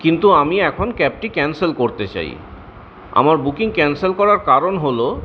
কিন্তু আমি এখন ক্যাবটি ক্যান্সেল করতে চাই আমার বুকিং ক্যান্সেল করার কারণ হল